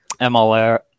MLR